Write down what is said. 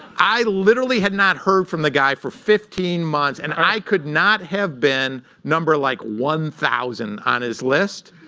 i literally had not heard from the guy for fifteen months, and i could not have been number, like, one thousand on his list.